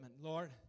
Lord